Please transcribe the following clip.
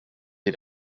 den